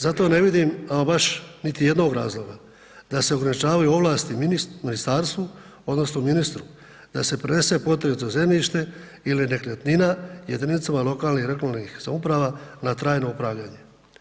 Zato ne vidim baš niti jednog razloga da se ograničavaju ovlasti ministarstvu odnosno ministru da se prenese potrebito zemljište ili nekretnina jedinicama lokalnih i regionalnih samouprava na trajno upravljanje.